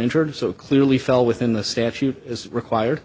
injured so clearly fell within the statute as required